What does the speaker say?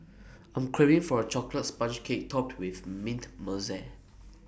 I'm craving for A Chocolate Sponge Cake Topped with Mint Mousse